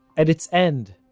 at its end,